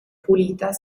pulita